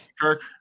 Kirk